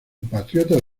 patriotas